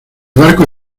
barco